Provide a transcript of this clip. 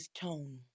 tone